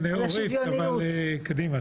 אורית, קדימה,